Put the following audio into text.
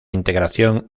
integración